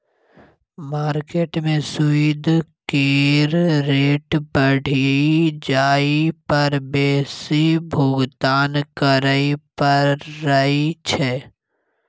market में सूइद केर रेट बढ़ि जाइ पर बेसी भुगतान करइ पड़इ छै